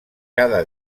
cada